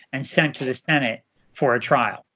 and sent to the senate for a trial?